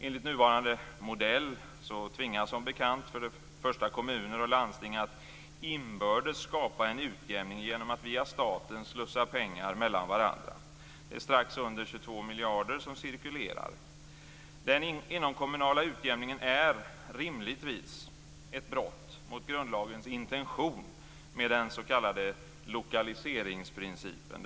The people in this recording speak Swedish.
Enligt nuvarande modell tvingas som bekant kommuner och landsting att inbördes skapa en utjämning genom att via staten slussa pengar mellan varandra. Det är strax under 22 miljarder som cirkulerar. Den inomkommunala utjämningen är rimligtvis ett brott mot grundlagens intention med den s.k. lokaliseringsprincipen.